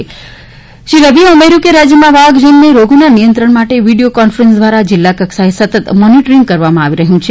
જયંતી રવિએ ઉમેર્યું કે રાજ્યમાં વાહક જન્ય રોગોના નિયંત્રણ માટે વીડિયો કોન્ફરન્સ દ્વારા જિલ્લાકક્ષાએ સતત મોનીટરીંગ કરવામાં આવી રહ્યું છે